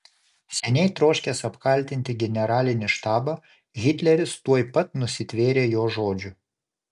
seniai troškęs apkaltinti generalinį štabą hitleris tuoj pat nusitvėrė jo žodžių